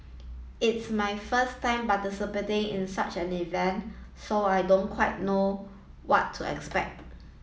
it's my first time participating in such an event so I don't quite know what to expect